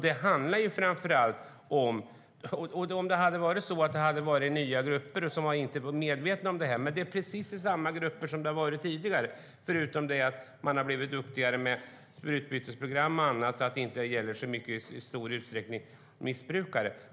Det är inte fråga om några nya grupper som inte har varit medvetna, utan det är precis samma grupper som tidigare. Nu har man blivit duktigare med sprututbytesprogram, så det gäller inte i så stor utsträckning just missbrukare.